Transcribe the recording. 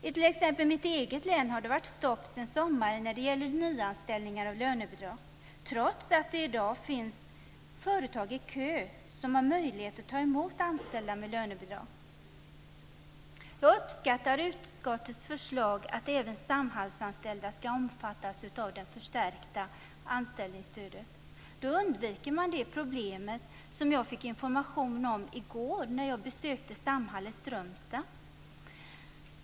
I t.ex. mitt eget län har det varit stopp sedan sommaren när det gäller nyanställningar med lönebidrag, trots att det i dag finns företag som står i kö och som har möjlighet att ta emot anställda med lönebidrag. Jag uppskattar utskottets förslag att även Samhallsanställda ska omfattas av det förstärka anställningsstödet. Då undviker man det problem som jag fick information om i går när jag besökte Samhall i Strömstad.